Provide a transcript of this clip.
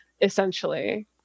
essentially